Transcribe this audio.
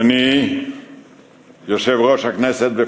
עוגני היציבות באזור